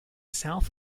south